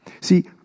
See